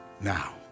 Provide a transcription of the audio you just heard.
now